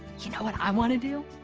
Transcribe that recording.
you know what i want to do?